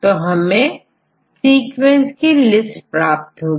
तो हमें सीक्वेंस की लिस्ट प्राप्त होगी